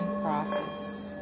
process